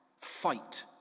fight